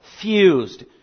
fused